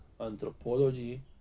anthropology